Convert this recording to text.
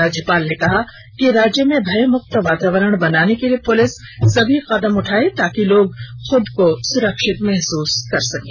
राज्यपाल ने कहा कि राज्य में भयमुक्त वातावरण बनाने के लिए पुलिस सभी कदम उठाए ताकि लोग खुद को सुरक्षित महसूस करें